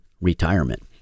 retirement